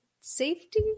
safety